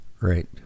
Right